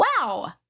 Wow